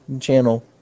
channel